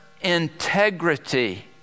integrity